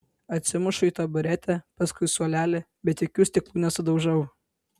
atsimušu į taburetę paskui suolelį bet jokių stiklų nesudaužau